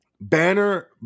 banner